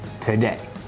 today